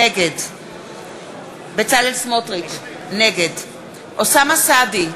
נגד בצלאל סמוטריץ, נגד אוסאמה סעדי,